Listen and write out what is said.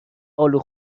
آلو